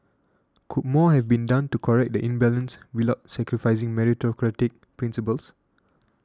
could more have been done to correct the imbalance without sacrificing meritocratic principles